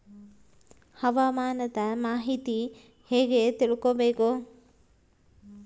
ಹವಾಮಾನದ ಮಾಹಿತಿ ಹೇಗೆ ತಿಳಕೊಬೇಕು?